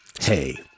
Hey